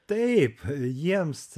taip jiems